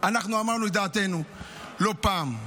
אנחנו אמרנו את דעתנו לא פעם: